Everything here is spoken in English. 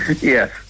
Yes